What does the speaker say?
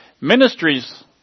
Ministries